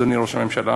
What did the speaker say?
אדוני ראש הממשלה,